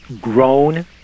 grown